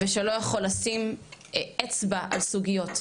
ושהוא לא יכול לשים אצבע על סוגיות.